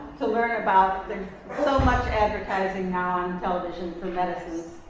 to learn about. there's so much advertising now on television for medicines.